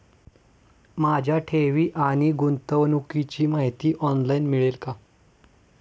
माझ्या ठेवी आणि गुंतवणुकीची माहिती ऑनलाइन मिळेल का?